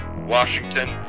Washington